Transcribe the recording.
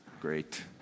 Great